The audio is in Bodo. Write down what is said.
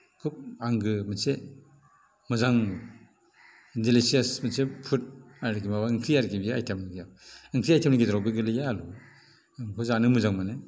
खुब आंगो मोनसे मोजां डिलिसियास मोनसे फुड आरोखि माबा ओंख्रि आरोखि बेयो आइटेम ओंख्रि आइटेमनि गेजेरावबो गोलैयो आलु आं बेखौ जानो मोजां मोनो